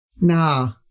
Nah